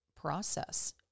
process